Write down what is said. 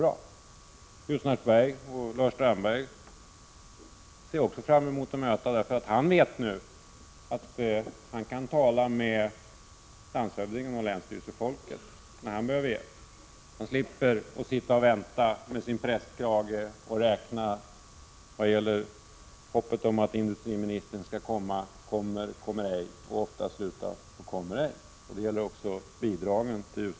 Lars Strandberg i Ljusnarsberg ser jag också fram emot att träffa. Han vet nu att han kan tala med landshövdingen och länsstyrelsefolket när han behöver hjälp. Han slipper rycka bladen i prästkragen för att räkna ut om industriministern kommer eller ej. Det slutar oftast med kommer ej. Det gäller också bidragen.